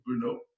Bruno